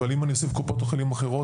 אבל אם אני אוסיף קופות חולים אחרות,